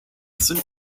sind